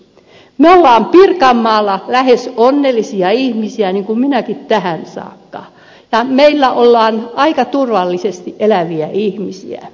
me olemme pirkanmaalla lähes onnellisia ihmisiä niin kuin minäkin tähän saakka ja me olemme aika turvallisesti eläviä ihmisiä